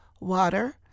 water